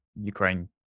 Ukraine